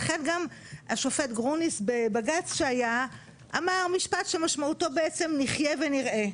לכן גם השופט גרוניס בבג"צ שהיה אמר משפט שמשמעותו: נחיה ונראה.